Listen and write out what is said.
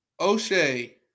O'Shea